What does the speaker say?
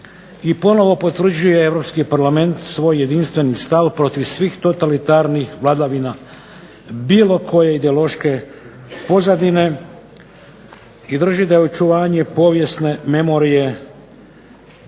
I ponovno potvrđuje Europski Parlament svoj jedinstveni stav protiv svih totalitarnih vladavina bilo koje ideološke pozadine, i drži da očuvanje povijesne memorije